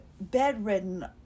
bedridden